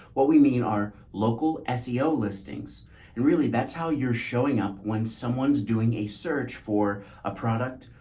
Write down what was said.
what we mean are local ah seo listings and really that's how you're showing up when someone's doing a search for a product,